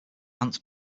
ants